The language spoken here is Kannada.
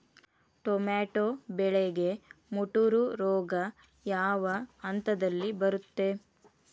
ಟೊಮ್ಯಾಟೋ ಬೆಳೆಗೆ ಮುಟೂರು ರೋಗ ಯಾವ ಹಂತದಲ್ಲಿ ಬರುತ್ತೆ?